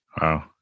Wow